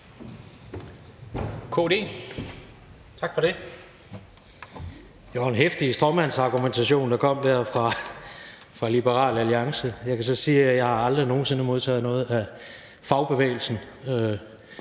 (KD): Tak for det. Det var jo en heftig stråmandsargumentation, der dér kom fra Liberal Alliance. Jeg kan så sige, at jeg aldrig nogen sinde har modtaget noget af fagbevægelsen,